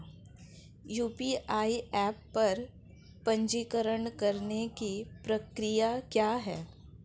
UPI app पर पंजीकरण करने की प्रक्रिया क्या है?